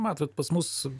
matot pas mus